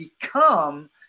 become